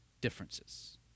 differences